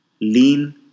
lean